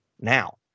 now